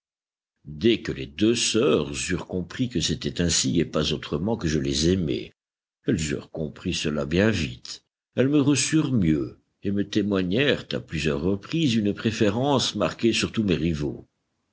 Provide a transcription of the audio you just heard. dès que les deux sœurs eurent compris que c'était ainsi et pas autrement que je les aimais elles eurent compris cela bien vite elles me reçurent mieux et me témoignèrent à plusieurs reprises une préférence marquée sur tous mes rivaux